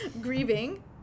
Grieving